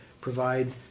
provide